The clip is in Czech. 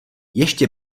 ještě